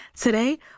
Today